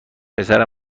پسر